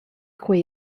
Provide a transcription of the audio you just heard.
quei